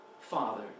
Father